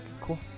Cool